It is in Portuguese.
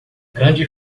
grande